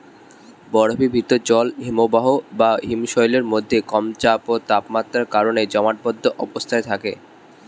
বরফীভূত জল হিমবাহ বা হিমশৈলের মধ্যে কম চাপ ও তাপমাত্রার কারণে জমাটবদ্ধ অবস্থায় থাকে